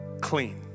clean